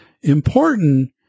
important